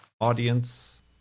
audience